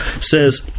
says